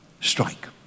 strike